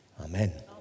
Amen